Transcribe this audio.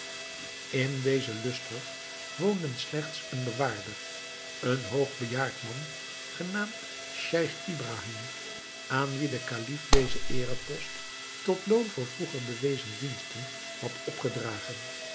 in dezen lusthof woonde slechts een bewaarder een hoog bejaard man genaamd scheich ibrahim aan wien de kalif dezen eerepost tot loon voor vroeger bewezen diensten had opgedragen